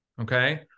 Okay